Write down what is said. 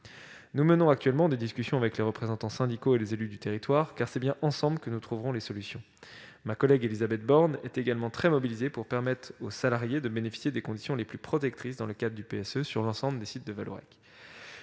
Nous menons des discussions avec les représentants syndicaux et les élus du territoire, car c'est ensemble que nous trouverons les solutions. Ma collègue Élisabeth Borne est également très mobilisée pour permettre aux salariés de bénéficier des conditions les plus protectrices possible, dans le cadre du PSE, sur l'ensemble des sites de Vallourec.